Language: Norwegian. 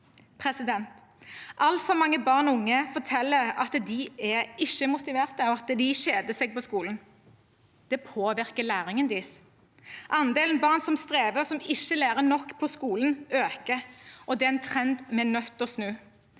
distriktene. Altfor mange barn og unge forteller at de ikke er motivert, og at de kjeder seg på skolen. Det påvirker læringen deres. Andelen barn som strever og ikke lærer nok på skolen, øker. Det er en trend vi er nødt til å snu.